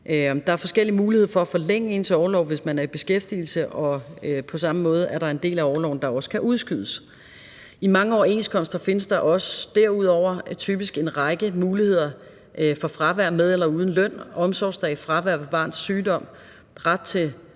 Der er forskellige muligheder for at forlænge ens orlov, hvis man er i beskæftigelse, og på samme måde er der også en del af orloven, der kan udskydes. I mange overenskomster findes der derudover også typisk en række muligheder for fravær med eller uden løn, omsorgsdage, fravær ved børns sygdom, ret til